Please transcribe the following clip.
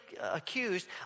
accused